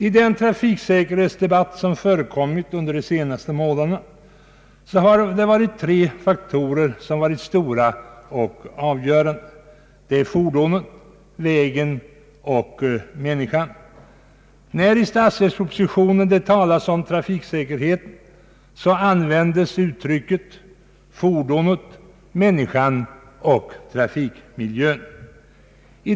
I den trafiksäkerhetsdebatt som förekommit under de senaste månaderna har tre faktorer nämnts som stora och avgörande, nämligen fordonet, vägen och människan. När statsverkspropositionen talar om trafiksäkerheten, ananvänds uttrycket fordonet, människan och trafikmiljön.